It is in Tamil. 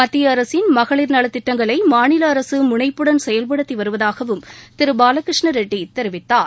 மத்திய அரசின் மகளிர் நல திட்டங்களை மாநில அரசு முனைப்புடன் செயல்படுத்தி வருவதாகவும் திரு பாலகிருஷ்ணரெட்டி தெரிவித்தார்